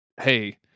hey